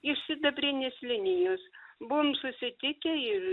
iš sidabrinės linijos buvome susitikę ir